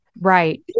Right